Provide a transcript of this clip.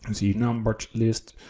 and see numbered lists,